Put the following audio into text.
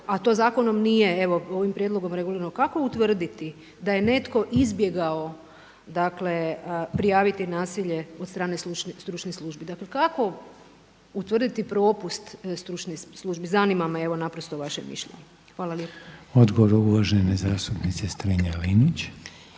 a to zakonom ovim prijedlogom regulirano, kako utvrditi da je netko izbjegao prijaviti nasilje od strane stručnih službi. Dakle kako utvrditi propust stručnih službi? Zanima me naprosto vaše mišljenje. Hvala lijepo. **Reiner, Željko